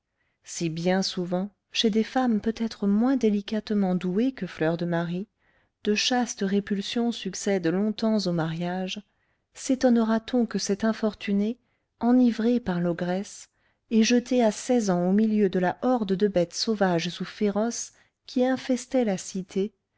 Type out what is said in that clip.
si bien souvent chez des femmes peut-être moins délicatement douées que fleur de marie de chastes répulsions succèdent longtemps au mariage sétonnera t on que cette infortunée enivrée par l'ogresse et jetée à seize ans au milieu de la horde de bêtes sauvages ou féroces qui infestaient la cité